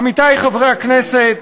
עמיתי חברי הכנסת,